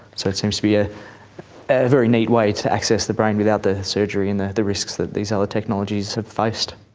so it seems to be a very neat way to access the brain without the surgery and the the risks that these other technologies have faced.